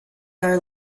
are